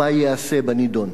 3. מה ייעשה בנדון?